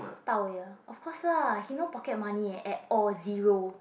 Dao-Wei ah of course lah he no pocket money eh at all zero